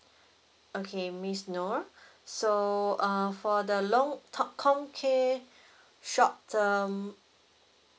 okay miss nor so uh for the long talk homecare short term